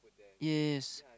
yes